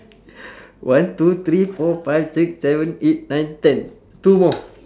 one two three four five six seven eight nine ten two more